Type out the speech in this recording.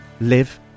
live